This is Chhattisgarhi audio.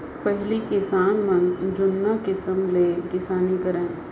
पहिली किसान मन जुन्ना किसम ले किसानी करय